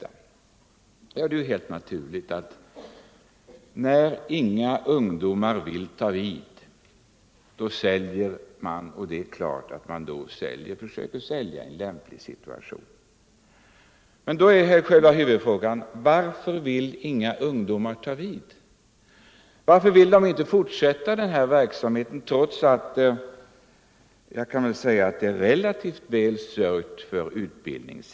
Jo, det är helt naturligt att när inga ungdomar vill ta vid säljer man, och man försöker givetvis sälja i en lämplig situation. Men själva huvudfrågan är: Varför vill inga ungdomar ta vid? Varför vill de inte fortsätta denna verksamhet, trots att det kan sägas vara relativt väl sörjt för utbildningen?